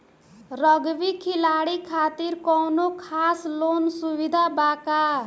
Rugby खिलाड़ी खातिर कौनो खास लोन सुविधा बा का?